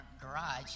garage